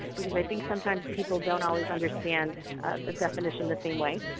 because i think sometimes people don't always understand the definition the same way.